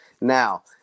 Now